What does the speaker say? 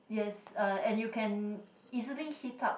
yes uh and you can easily heat up